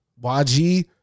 YG